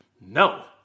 No